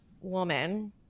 woman